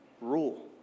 rule